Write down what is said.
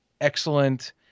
excellent